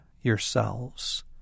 yourselves